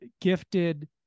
gifted